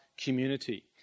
community